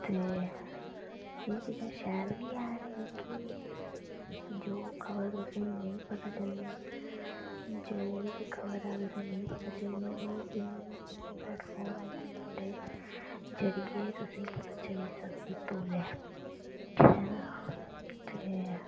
ते एह् चीजां शेल बी ऐन की के जो खबर तुसेंगी नेईं पता चलनी जेह्ड़ी बी खबरां तुसेंगी नेईं पता चलनी ओह् प्लैटफार्म मिलदे जेह्ड़ी एह् तुसेंगी पता चली सकदी तौले जे